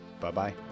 Bye-bye